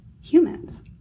humans